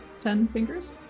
Tenfingers